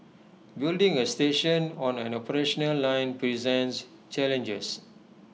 building A station on an operational line presents challenges